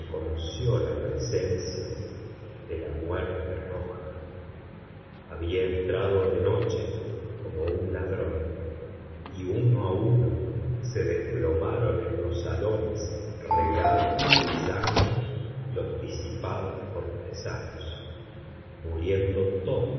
reconoció la presencia de la muerte roja había entrado de noche como un ladrón y uno a uno se desplomaron en los salones regados de sangre los disipados cortesanos muriendo todos